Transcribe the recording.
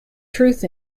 truth